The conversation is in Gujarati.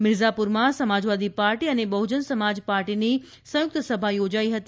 મિરજાપુરમાં સમાજવાદી પાર્ટી અને બહુજન સમાજ પાર્ટીની સંયુક્ત સભા યોજાઇ હતી